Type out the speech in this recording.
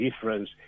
difference